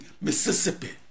Mississippi